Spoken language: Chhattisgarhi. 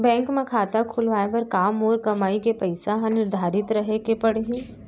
बैंक म खाता खुलवाये बर का मोर कमाई के पइसा ह निर्धारित रहे के पड़ही?